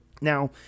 Now